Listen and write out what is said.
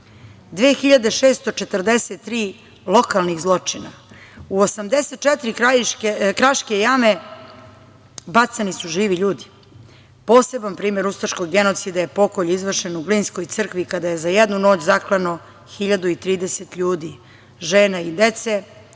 2.643 lokalnih zločina, u 84 kraške jame bacani su živi ljudi. Poseban primer ustaškog genocida je pokolj izvršen u glinskoj crkvi kada je za jednu noć zaklano 1.030 ljudi, žena i dece,